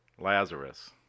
Lazarus